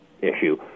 issue